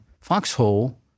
foxhole